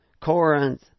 Corinth